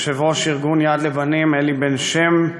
יושב-ראש ארגון "יד לבנים" אלי בן שם,